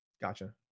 Gotcha